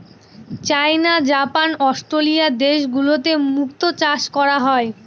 চাইনা, Japan, Australia দেশগুলোতে মুক্তো চাষ করা হয়